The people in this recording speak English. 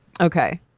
Okay